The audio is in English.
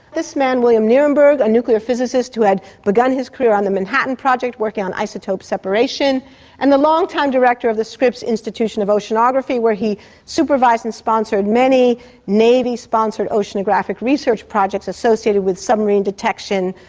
this man, william nierenberg, a nuclear physicist who had begun his career on the manhattan project working on isotope separation and the long time director of the scripps institution of oceanography where he supervised and sponsored many navy sponsored oceanographic research projects associated with submarine detection,